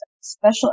special